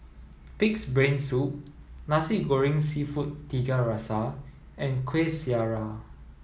pig's brain soup Nasi Goreng Seafood Tiga Rasa and Kuih Syara